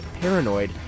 Paranoid